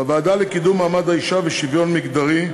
בוועדה לקידום מעמד האישה ולשוויון מגדרי,